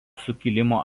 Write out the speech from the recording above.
sukilimo